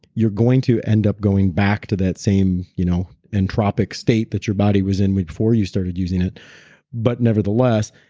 you're going to end up going back to that same you know entropic state that your body was in before you started using it but nevertheless,